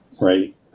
Right